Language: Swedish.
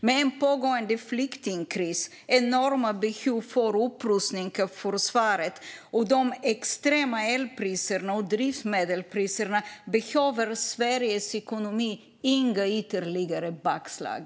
Med en pågående flyktingkris, enorma behov för upprustning av försvaret och de extrema elpriserna och drivmedelspriserna behöver Sveriges ekonomi inte några ytterligare bakslag.